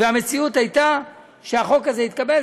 והמציאות הייתה שהחוק הזה התקבל.